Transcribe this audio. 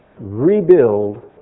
rebuild